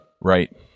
Right